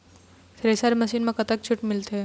Thresher machine म कतक छूट मिलथे?